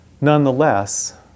Nonetheless